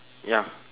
ya